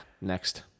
next